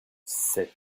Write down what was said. cet